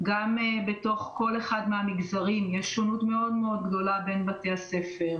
גם בתוך כל אחד מהמגזרים יש שונות גדולה בין בתי הספק,